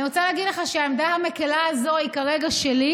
אני רוצה להגיד לך שהעמדה המקילה הזו היא כרגע שלי,